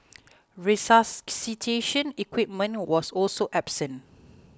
resuscitation equipment was also absent